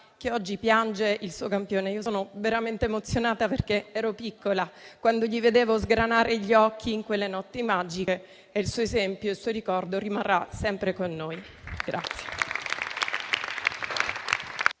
che oggi piange il suo campione. Sono veramente emozionata perché ero piccola quando gli vedevo sgranare gli occhi in quelle notti magiche e il suo esempio e il suo ricordo rimarranno sempre con noi.